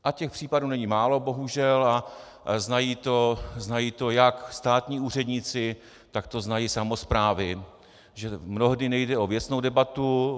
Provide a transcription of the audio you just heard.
A těch případů není málo, bohužel, a znají to jak státní úředníci, tak to znají samosprávy, že mnohdy nejde o věcnou debatu.